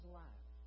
life